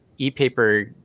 ePaper